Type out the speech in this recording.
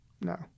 No